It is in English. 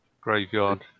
graveyard